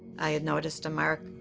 i had noticed a mark,